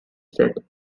said